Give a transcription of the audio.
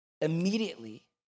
Immediately